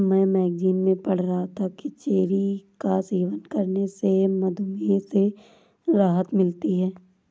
मैं मैगजीन में पढ़ रहा था कि चेरी का सेवन करने से मधुमेह से राहत मिलती है